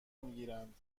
میگیرند